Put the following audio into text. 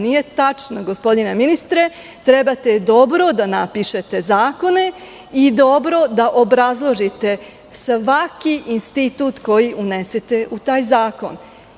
Nije tačno, gospodine ministre, trebate dobro da napišete zakone i dobro da obrazložite svaki institut koji unesete u taj zakon.